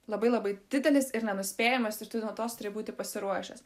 labai labai didelis ir nenuspėjamas ir tu nuolatos turi būti pasiruošęs